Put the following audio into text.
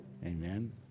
Amen